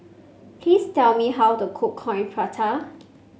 please tell me how to cook Coin Prata